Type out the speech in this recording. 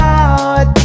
out